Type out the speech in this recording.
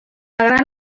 gran